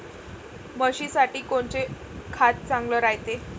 म्हशीसाठी कोनचे खाद्य चांगलं रायते?